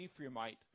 Ephraimite